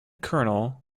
colonel